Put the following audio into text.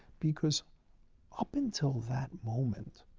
because up until that moment,